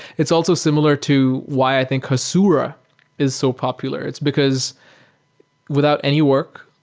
it's also similar to why i think hasura is so popular, it's because without any work,